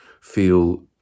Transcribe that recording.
feel